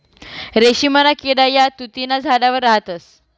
रेशीमना किडा या तुति न्या झाडवर राहतस